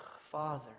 Father